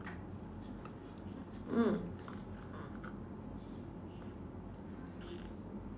mm